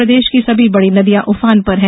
प्रदेश की सभी बड़ी नदियां उफान पर है